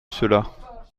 cela